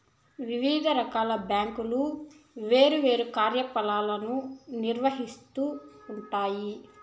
వివిధ రకాల బ్యాంకులు వేర్వేరు కార్యకలాపాలను నిర్వహిత్తూ ఉంటాయి